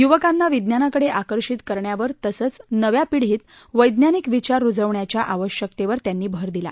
युवकांना विज्ञानाकडे आकर्षित करण्यावर तसंच नव्या पिढीत वैज्ञानिक विचार रूजवण्याच्या आवश्यकतेवर त्यांनी भर दिला